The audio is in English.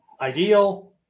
Ideal